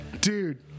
dude